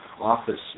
office